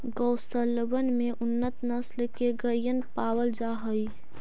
गौशलबन में उन्नत नस्ल के गइयन के पालल जा हई